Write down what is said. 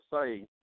say